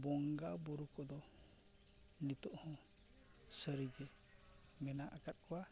ᱵᱚᱸᱜᱟ ᱵᱩᱨᱩ ᱠᱚᱫᱚ ᱱᱤᱛᱳᱜ ᱦᱚᱸ ᱥᱟᱹᱨᱤᱜᱮ ᱢᱮᱱᱟᱜ ᱟᱠᱟᱫ ᱠᱚᱣᱟ